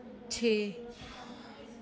छे